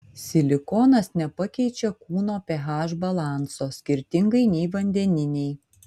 silikonas nepakeičia kūno ph balanso skirtingai nei vandeniniai